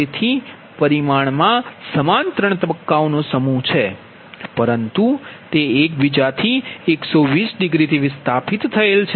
તેથી પરિમાણમાં સમાન ત્રણ તબક્કાઓનો સમૂહ છે પરંતુ તે એકબીજાથી 120 ડિગ્રીથી વિસ્થાપિત છે